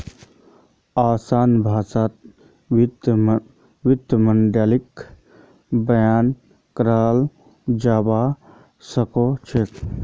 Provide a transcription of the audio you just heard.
असान भाषात वित्तीय माडलिंगक बयान कराल जाबा सखछेक